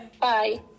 Bye